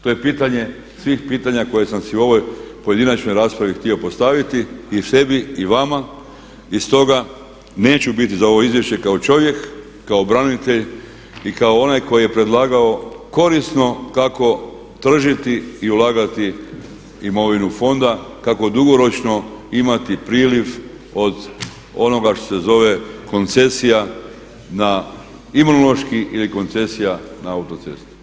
To je pitanje svih pitanja koje sam si u ovoj pojedinačnoj raspravi htio postaviti i sebi i vama i stoga neću biti za ovo izvješće kao čovjek, kao branitelj i kao onaj koji je predlagao korisno kako tržiti i ulagati imovinu fonda kako dugoročno imati priljev od onoga što se zove koncesija na imunološki ili koncesija na autocesti.